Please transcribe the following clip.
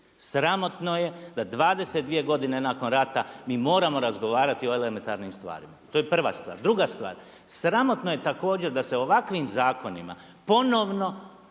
Sramotno je da 22 godine nakon rata mi moramo razgovarati o elementarnim stvarima. To je prva stvar. Druga stvar, sramotno je također da se ovakvim zakonima ponovno